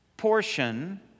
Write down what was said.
portion